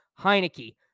Heineke